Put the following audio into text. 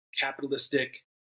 capitalistic